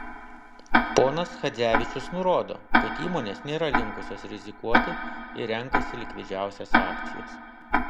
ponas chadzevičius nurodo kad įmonės nėra linkusios rizikuoti ir renkasi likvidžiausias akcijas